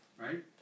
right